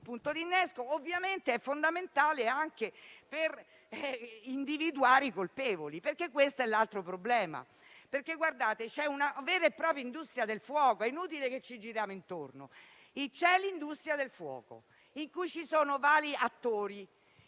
il punto di innesco. Ovviamente è fondamentale anche per individuare i colpevoli, perché questo è l'altro problema: c'è una vera e propria industria del fuoco, è inutile che ci giriamo intorno. In questa industria del fuoco ci sono vari attori